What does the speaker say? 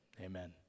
Amen